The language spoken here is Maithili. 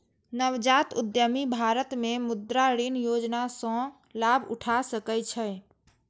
नवजात उद्यमी भारत मे मुद्रा ऋण योजना सं लाभ उठा सकै छै